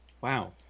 Wow